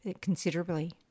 considerably